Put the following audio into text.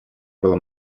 было